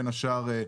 בין השאר,